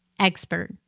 expert